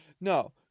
no